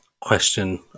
question